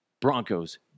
Broncos